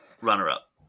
runner-up